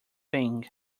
thing